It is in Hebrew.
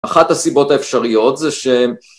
אחת הסיבות האפשריות זה שהם